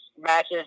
matches